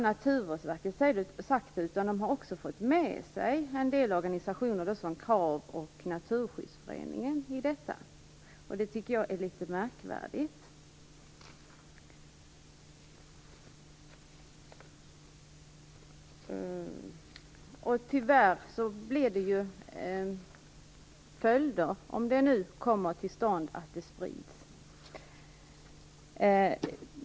Naturvårdsverket har dessutom fått med sig en del andra organisationer som Krav och Naturskyddsföreningen. Det tycker jag är litet märkvärdigt. Tyvärr får det vissa följder om detta sprids.